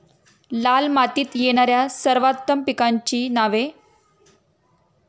लाल मातीत येणाऱ्या सर्वोत्तम पिकांची नावे?